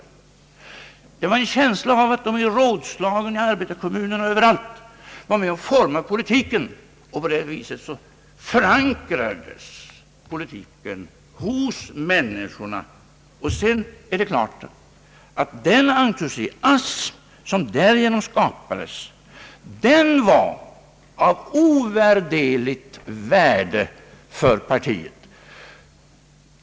Människorna hade känslan att de i rådslagen i arbetarkommunerna och överallt var med om att forma politiken, och på det sättet förankrades politiken hos dem. Den entusiasm som därigenom skapades var av oskattbart värde för partiet.